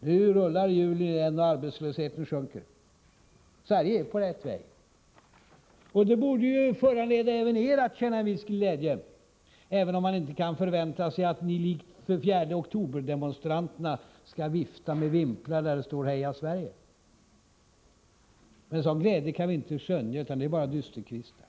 Nu rullar hjulen igen och arbetslösheten sjunker. Sverige är på rätt väg. Det borde föranleda även er att känna en viss glädje, även om man inte kan förvänta sig att ni likt 4 oktoberdemonstranterna skall vifta med vimplar, där det står ”Heja Sverige”. En sådan glädje kan vi inte skönja, utan ni uppträder bara som dysterkvistar.